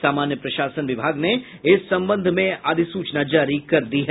सामान्य प्रशासन विभाग ने इस संबंध में अधिसूचना जारी कर दी है